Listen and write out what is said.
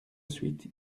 suite